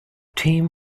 team